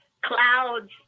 clouds